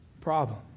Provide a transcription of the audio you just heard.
problem